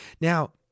now